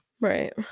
Right